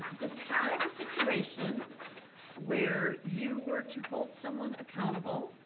describe a situation where you were to hold someone accountable,